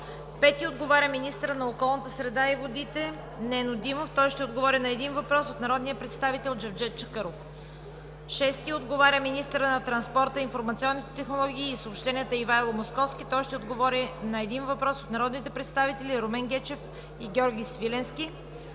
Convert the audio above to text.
Елена Йончева. 5. Министърът на околната среда и водите Нено Димов ще отговори на един въпрос от народния представител Джевдет Чакъров. 6. Министърът на транспорта, информационните технологии и съобщенията Ивайло Московски ще отговори на един въпрос от народните представители Румен Гечев и Георги Свиленски.